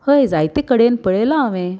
हय जायते कडेन पळयलां हांवें